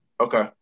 Okay